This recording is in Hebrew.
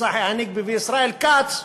צחי הנגבי וישראל כץ,